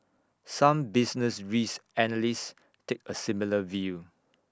some business risk analysts take A similar view